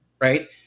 right